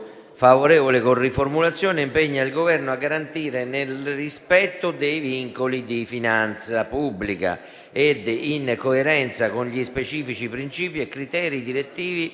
riformulato come segue: «impegna il Governo a garantire, nel rispetto dei vincoli di finanza pubblica ed in coerenza con gli specifici princìpi e criteri direttivi